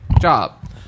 Job